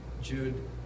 Jude